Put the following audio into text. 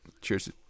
Cheers